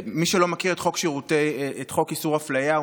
מי שלא מכיר את חוק איסור אפליה,